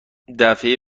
دفعه